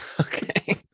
Okay